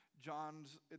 john's